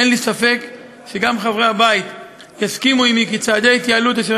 אין לי ספק שגם חברי הבית יסכימו עמי כי צעדי ההתייעלות אשר